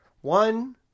One